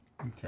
Okay